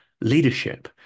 leadership